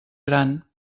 gran